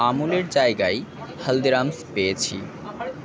আমুলের জায়গায় হালদিরামস পেয়েছি